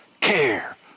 care